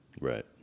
Right